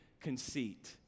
conceit